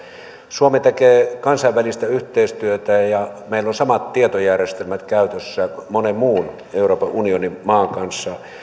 suomi tekee kansainvälistä yhteistyötä ja meillä on samat tietojärjestelmät käytössä monen muun euroopan unionin maan kanssa